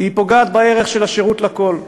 היא פוגעת בערך של השירות לכול,